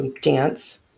dance